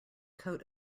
coat